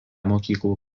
mokyklų